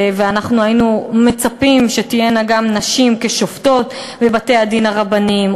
ואנחנו היינו מצפים שתהיינה גם נשים שופטות בבתי-הדין הרבניים.